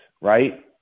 right